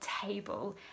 table